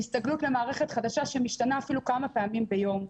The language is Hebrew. והסתגלות למערכת חדשה שמשתנה אפילו כמה פעמים ביום,